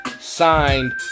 signed